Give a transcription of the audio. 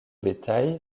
bétail